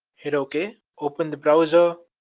hit okay, open the browser.